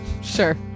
sure